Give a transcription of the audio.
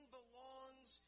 belongs